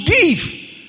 give